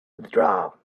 withdraw